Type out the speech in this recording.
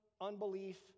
unbelief